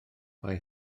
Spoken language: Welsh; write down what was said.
mae